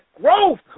growth